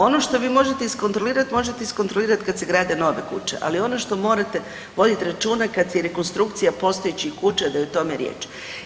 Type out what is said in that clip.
Ono što vi možete iskontrolirati, možete iskontrolirati kad se grade nove kuće, ali ono što morate voditi računa kad je rekonstrukcija postojećih kuća, da je o tome riječ.